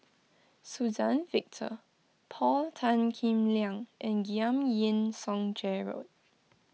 Suzann Victor Paul Tan Kim Liang and Giam Yean Song Gerald